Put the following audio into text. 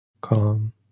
calm